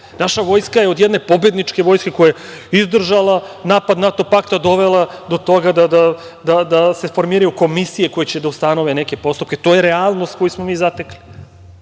Naša vojska je od jedne pobedniče vojske koja je izdržala napad NATO pakta dovela do toga da se formiraju komisije koje će da ustanove neke postupke, to je realnost koju smo mi zatekli. Možda